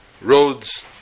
roads